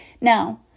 now